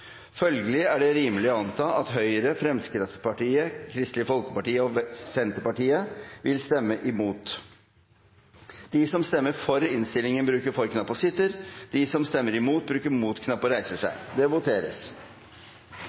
Følgelig er det rimelig å anta at Høyre, Fremskrittspartiet, Kristelig Folkeparti og Senterpartiet vil stemme imot. Det voteres